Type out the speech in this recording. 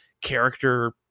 character